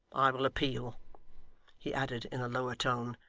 i will appeal he added in a lower tone,